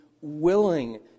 willing